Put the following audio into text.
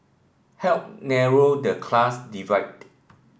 help narrow the class divide